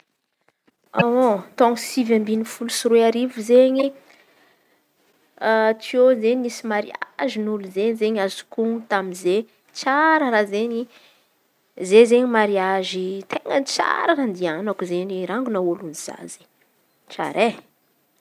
Taôn̈o sivy ambiny folo sy aroa arivo izen̈y teo izen̈y misy mariazy n'olo izen̈y azoko on̈o tamy izen̈y tsara raha izen̈y, zey izen̈y mariazy ten̈a tsara nandehan̈ako izen̈y rangy nahaolo tsy ratsy, tsara e!